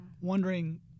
wondering